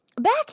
back